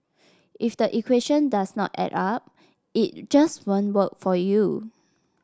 if the equation does not add up it just won't work for you